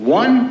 one